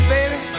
Baby